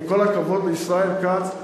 עם כל הכבוד לישראל כץ,